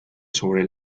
sobre